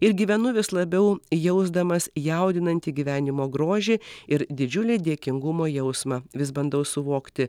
ir gyvenu vis labiau jausdamas jaudinantį gyvenimo grožį ir didžiulį dėkingumo jausmą vis bandau suvokti